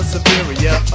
superior